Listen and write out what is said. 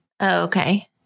Okay